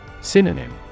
Synonym